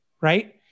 right